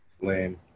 Lame